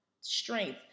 strength